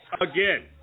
again